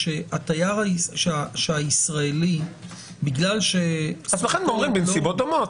התייר הישראלי- -- לכן אומרים בנסיבות דומות.